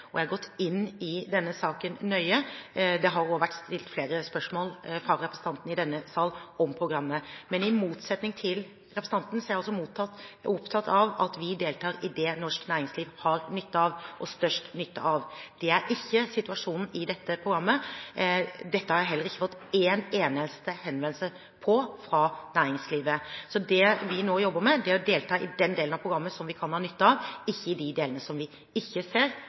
og jeg har gått inn i denne saken nøye. Det har også vært stilt flere spørsmål fra representanten i denne sal om programmet. Men i motsetning til representanten er jeg altså opptatt av at vi deltar i det norsk næringsliv har nytte av og størst nytte av. Det er ikke situasjonen i dette programmet. Dette har jeg heller ikke fått én eneste henvendelse om fra næringslivet. Så det vi nå jobber med, er å delta i den delen av programmet som vi kan ha nytte av, ikke i de delene som vi ikke ser